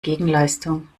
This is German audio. gegenleistung